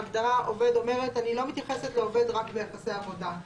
ההגדרה אומרת: אני לא מתייחס לעובד רק דרך יחסי עבודה,